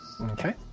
Okay